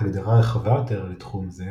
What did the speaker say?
הגדרה רחבה יותר לתחום זה